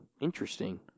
interesting